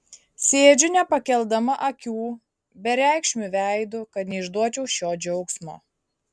sėdžiu nepakeldama akių bereikšmiu veidu kad neišduočiau šio džiaugsmo